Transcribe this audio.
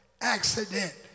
accident